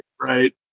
right